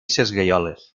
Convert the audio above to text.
sesgueioles